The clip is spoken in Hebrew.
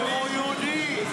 הוא יהודי.